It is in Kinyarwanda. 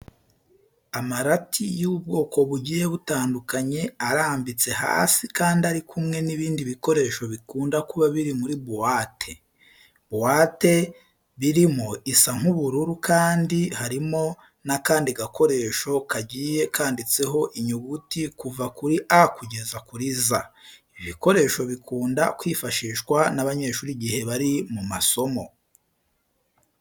Amarati y'ubwoko bugiye butandukanye arambitse hasi kandi ari kumwe n'ibindi bikoresho bikunda kuba biri muri buwate. Buwate birimo isa nk'ubururu kandi harimo n'akandi gakoresho kagiye kanditseho inyuguti kuva kuri A kugera kuri Z. Ibi bikoresho bikunda kwifashishwa n'abanyeshuri igihe bari mu masomo.